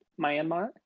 Myanmar